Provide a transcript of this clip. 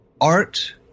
art